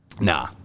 Nah